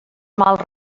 mals